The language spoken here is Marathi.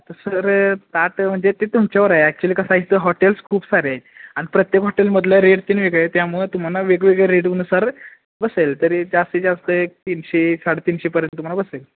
तर सर त्यात म्हणजे ते तुमच्यावर आहे ॲक्चुली कसं आहे इथं हॉटेल्स खूप सारे आहे आणि प्रत्येक हॉटेलमधलं रेट तीन वेगळे आहे त्यामुळं तुम्हाला वेगवेगळे रेटनुसार बसेल तरी जास्तीत जास्त एक तीनशे साडे तीनशेपर्यंत तुम्हाला बसेल